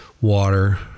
water